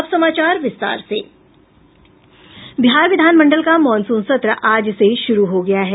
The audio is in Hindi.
बिहार विधानमंडल का मॉनसून सत्र आज से शुरू हो गया है